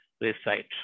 Recite